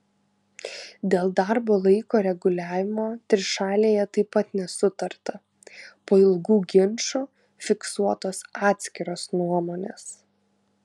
dėl darbo laiko reguliavimo trišalėje taip pat nesutarta po ilgų ginčų fiksuotos atskiros nuomonės